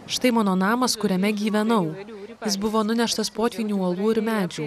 štai mano namas kuriame gyvenau jis buvo nuneštas potvynių uolų ir medžių